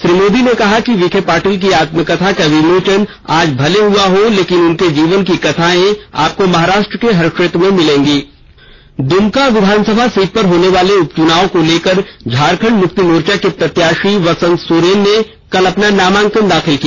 श्री मोदी ने कहा कि डॉक्टर बालासाहेब विखे पाटिल की आत्मकथा का विमोचन आज भले हुआ हो लेकिन उनके जीवन की कथाएं आपको महाराष्ट्र के हर क्षेत्र में मिलेंगी दुमका विधानसभा सीट पर होने वाले उपचुनाव को लेकर झारखंड मुक्ति मोर्चा के प्रत्याशी बसंत सोरेन ने कल अपना नामांकन दाखिल किया